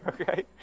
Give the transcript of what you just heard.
Okay